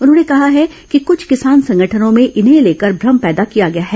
उन्होंने कहा है कि कृछ किसान संगठनों में इन्हें लेकर भ्रम पैदा किया गया है